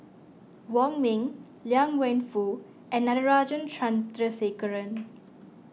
Wong Ming Liang Wenfu and Natarajan Chandrasekaran